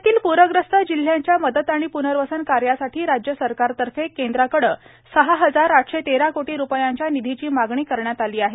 राज्यातील प्रग्रस्त जिल्ह्यांच्या मदत आणि प्नर्वसन कार्यासाठी राज्य सरकारतर्फ केंद्राकडे सहा हजार आठशे तेरा कोटी रूपयांच्या निधीची मागणी करण्यात आली आहे